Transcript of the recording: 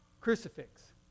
Crucifix